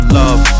love